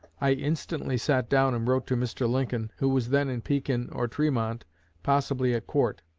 i instantly sat down and wrote to mr. lincoln, who was then in pekin or tremont possibly at court.